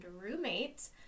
roommate